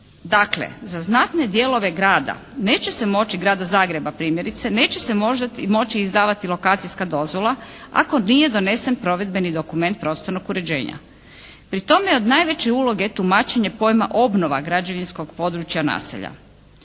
Dakle, za znatne dijelove grada neće se moći, Grada Zagreba primjerice, neće se moći izdavati lokacijska dozvola ako nije donesen provedbeni dokument prostornog uređenja. Pri tome je od najveće uloge tumačenje pojma obnova građevinskog područja naselja.